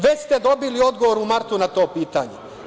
Već ste dobili odgovor u martu na to pitanje.